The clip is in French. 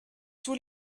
tous